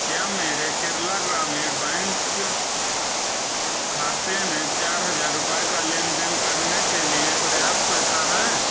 क्या मेरे केरला ग्रामीण बैंक खाते में चार हजार रुपए का लेनदेन करने के लिए पर्याप्त पैसा है